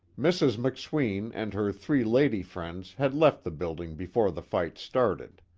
mrs. mcsween and her three lady friends had left the building before the fight started.